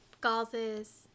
Gauzes